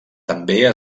també